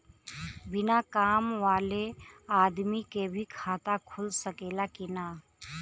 बिना काम वाले आदमी के भी खाता खुल सकेला की ना?